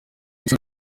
gusa